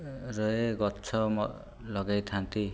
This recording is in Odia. ରେ ଗଛ ଲଗେଇଥାନ୍ତି